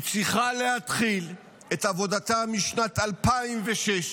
היא צריכה להתחיל את עבודתה משנת 2006,